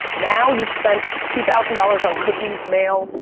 now, you've spent two thousand dollars on cookies, mail,